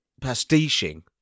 pastiching